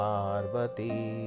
Parvati